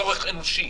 צורך אנושי.